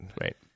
Right